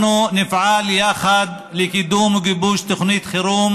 אנחנו נפעל יחד לקידום ולגיבוש של תוכנית חירום